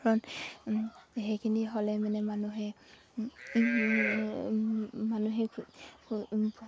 কাৰণ সেইখিনি হ'লে মানে মানুহে মানুহে